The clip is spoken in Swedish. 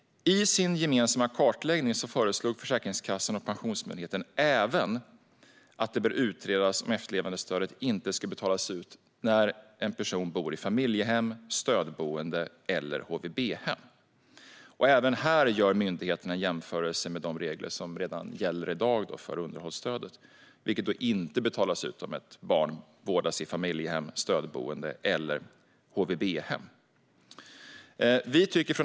I sin gemensamma kartläggning föreslog Försäkringskassan och Pensionsmyndigheten även att det bör utredas om efterlevandestöd inte ska betalas ut när en person bor i familjehem, stödboende eller HVB-hem. Även här gör myndigheterna en jämförelse med de regler som redan i dag gäller för underhållstödet, vilket alltså inte betalas ut om ett barn vårdas i familjehem, stödboende eller HVB-hem.